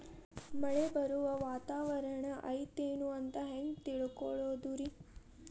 ಮಳೆ ಬರುವ ವಾತಾವರಣ ಐತೇನು ಅಂತ ಹೆಂಗ್ ತಿಳುಕೊಳ್ಳೋದು ರಿ?